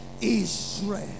Israel